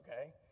Okay